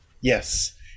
Yes